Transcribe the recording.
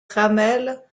ramel